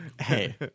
Hey